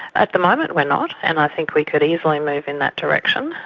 at the moment we're not and i think we could easily move in that direction.